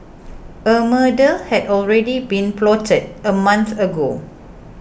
a murder had already been plotted a month ago